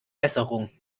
besserung